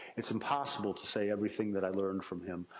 it's impossible to say everything that i learned from him,